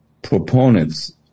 proponents